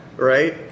Right